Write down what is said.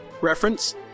reference